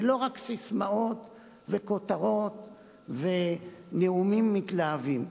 ולא רק ססמאות וכותרות ונאומים מתלהבים.